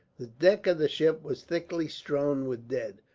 the deck of the ship was thickly strewn with dead.